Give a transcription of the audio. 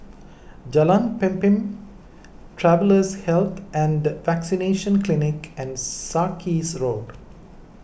Jalan Pemimpin Travellers' Health and Vaccination Clinic and Sarkies Road